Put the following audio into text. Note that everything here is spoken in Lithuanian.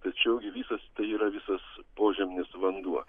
tačiau gi visas tai yra visas požeminis vanduo